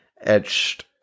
etched